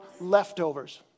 leftovers